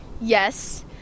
Yes